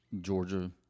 Georgia